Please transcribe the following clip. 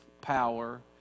power